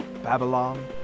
Babylon